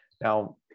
now